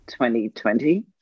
2020